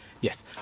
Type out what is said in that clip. yes